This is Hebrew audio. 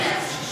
גם אני,